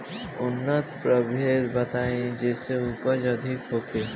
उन्नत प्रभेद बताई जेसे उपज अधिक होखे?